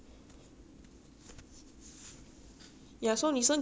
ya so 你身体直直你躺下来就不会沉 liao